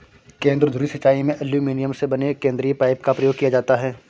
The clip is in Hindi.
केंद्र धुरी सिंचाई में एल्युमीनियम से बने केंद्रीय पाइप का प्रयोग किया जाता है